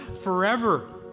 forever